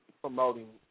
promoting